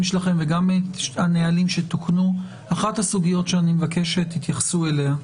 שלכם וגם את הנהלים שתוקנו שאחת הסוגיות שאני מבקש שתתייחסו אליה,